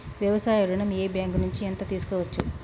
వ్యవసాయ ఋణం ఏ బ్యాంక్ నుంచి ఎంత తీసుకోవచ్చు?